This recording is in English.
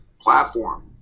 platform